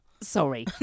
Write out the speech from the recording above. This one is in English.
Sorry